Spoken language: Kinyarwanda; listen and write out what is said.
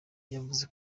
yavuze